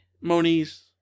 Moniz